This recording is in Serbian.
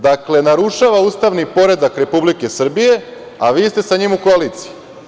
Dakle, narušava ustavni poredak Republike Srbije, a vi ste sa njim u koaliciji.